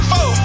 Four